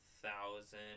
thousand